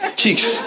cheeks